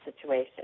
situation